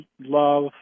love